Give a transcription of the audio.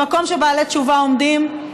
במקום שבעלי תשובה עומדים,